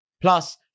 Plus